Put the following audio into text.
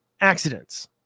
accidents